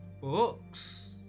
Books